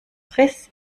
riss